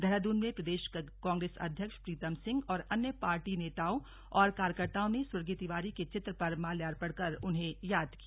देहरादून में प्रदेश कांग्रेस अध्यक्ष प्रीतम सिंह और अन्य पार्टी नेताओं और कार्यकर्ताओं ने स्वर्गीय तिवारी के चित्र पर माल्यापर्ण कर उन्हें याद किया